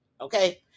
Okay